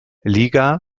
liga